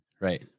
right